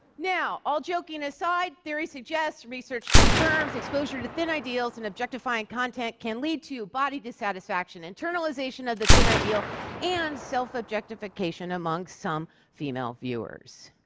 now, all joking aside, theories suggest, research confirms, exposure to thin ideals and objectifying content can lead to body dissatisfaction, internalization of the thin ideal and self-objectification among some female viewers.